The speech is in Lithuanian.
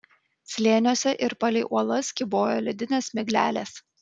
slėniuose ir palei uolas kybojo ledinės miglelės